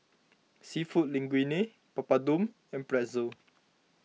Seafood Linguine Papadum and Pretzel